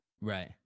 Right